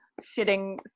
shitting